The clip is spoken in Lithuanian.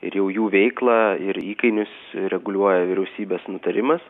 ir jau jų veiklą ir įkainius reguliuoja vyriausybės nutarimas